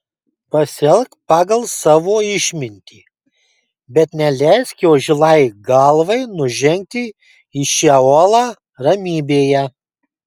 pasielk pagal savo išmintį bet neleisk jo žilai galvai nužengti į šeolą ramybėje